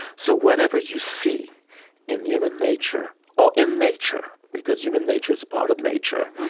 so whatever you see in human nature or in nature, because human nature is part of nature,